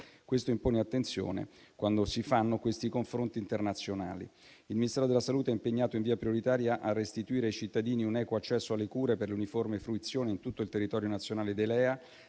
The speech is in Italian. Questo impone attenzione, quando si fanno questi confronti internazionali. Il Ministero della salute è impegnato in via prioritaria a restituire ai cittadini un equo accesso alle cure per l'uniforme fruizione in tutto il territorio nazionale dei LEA